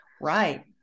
Right